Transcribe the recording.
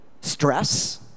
stress